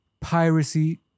piracy